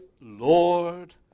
Lord